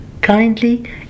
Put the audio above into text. kindly